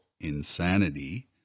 insanity